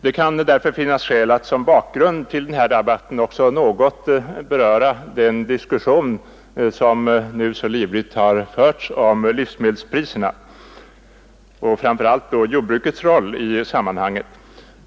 Det kan därför finnas skäl att som bakgrund till debatten också något beröra den diskussion som nu så livligt har förts om livsmedelspriserna och framför allt jordbrukets roll i sammanhanget.